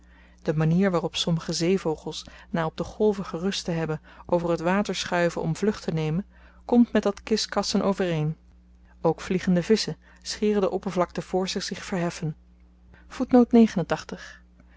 de manier waarop sommige zeevogels na op de golven gerust te hebben over t water schuiven om vlucht te nemen komt met dat kiskassen overeen ook vliegende visschen scheren de oppervlakte voor ze zich verheffen